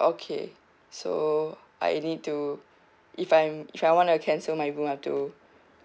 okay so I need to if I'm if I want to cancel my room I have to